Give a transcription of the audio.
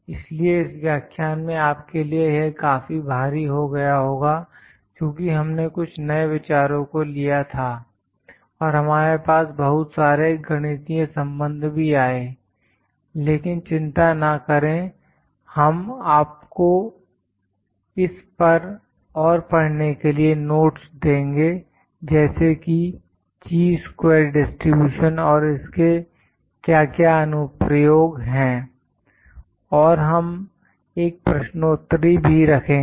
इसलिए इस व्याख्यान में आपके लिए यह काफी भारी हो गया होगा क्योंकि हमने कुछ नए विचारों को लिया था और हमारे पास बहुत सारे गणितीय संबंध भी आए लेकिन चिंता ना करें हम आपको इस पर और पढ़ने के लिए नोट्स देंगे जैसे कि ची स्क्वेर डिस्ट्रब्यूशन और इसके क्या क्या अनुप्रयोग हैं और हम एक प्रश्नोत्तरी भी रखेंगे